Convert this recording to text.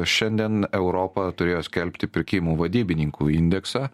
šiandien europa turėjo skelbti pirkimų vadybininkų indeksą